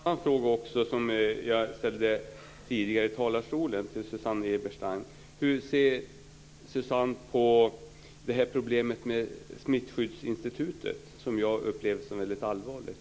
Fru talman! Jag har en annan fråga också, som jag ställde tidigare från talarstolen till Susanne Eberstein. Hur ser hon på problemet med Smittskyddsinstitutet, som jag upplever som väldigt allvarligt?